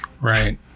Right